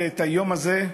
ואת היום הזה,